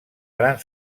gran